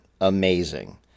amazing